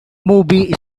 movie